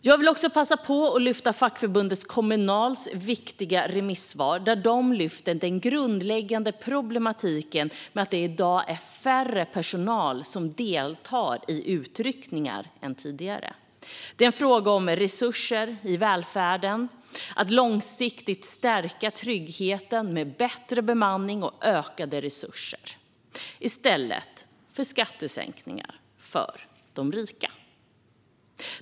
Jag vill också passa på att lyfta fram fackförbundet Kommunals viktiga remissvar där det lyfter fram den grundläggande problematiken med att det i dag är färre personal som deltar i uttryckningar än tidigare. Det är en fråga om resurser i välfärden och att långsiktigt stärka tryggheten med bättre bemanning och ökade resurser i stället för skattesänkningar för de rika.